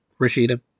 Rashida